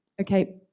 okay